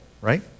right